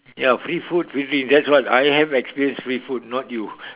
ya free food free drink that's why I have experience free food not you